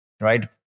right